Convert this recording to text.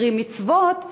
קרי מצוות,